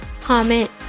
comment